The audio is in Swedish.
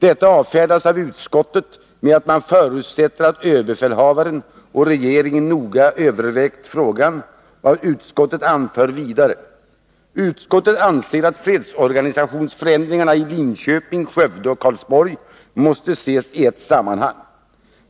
Detta avfärdas av utskottet med att man förutsätter att överbefälhavaren och regeringen noga övervägt frågan, och utskottet anför vidare: ”Utskottet anser att fredsorganisationsförändringarna i Linköping, Skövde och Karlsborg måste ses i ett sammanhang.